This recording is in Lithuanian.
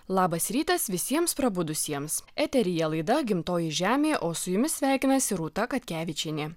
labas rytas visiems prabudusiems eteryje laida gimtoji žemė o su jumis sveikinasi rūta katkevičienė